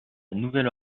nouvelle